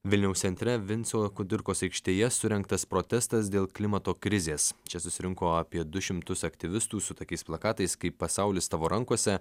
vilniaus centre vinco kudirkos aikštėje surengtas protestas dėl klimato krizės čia susirinko apie du šimtus aktyvistų su tokiais plakatais kaip pasaulis tavo rankose